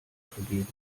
vergeben